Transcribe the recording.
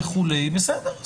בסדר,